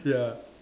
ya